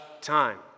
time